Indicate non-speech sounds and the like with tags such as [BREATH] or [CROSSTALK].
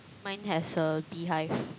mine has a bee hive [BREATH]